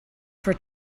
for